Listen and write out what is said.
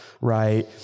Right